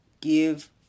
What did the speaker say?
give